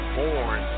born